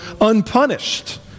unpunished